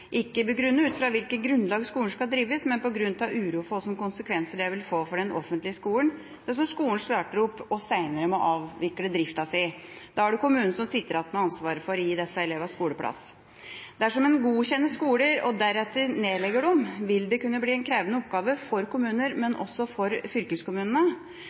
ikke begrunnet ut fra hvilket grunnlag skolen skal drives på, men på grunn av uro for hvilke konsekvenser det vil få for den offentlige skolen dersom skolen starter opp og seinere må avvikle driften sin. Da er det kommunen som sitter igjen med ansvaret for å gi elevene skoleplass. Dersom en godkjenner skoler og deretter nedlegger dem, vil det kunne bli en krevende oppgave for kommunene, men også for fylkeskommunene.